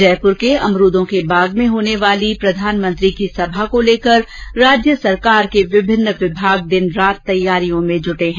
जयपुर के अमरूदों के बाग में होने वाली प्रधानमंत्री की सभा को लेकर राज्य सरकार के विभिन्न विभाग दिन रात तैयारियों में जुटे हैं